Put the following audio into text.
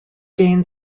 gained